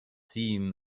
seem